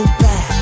back